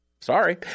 Sorry